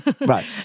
Right